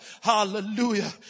hallelujah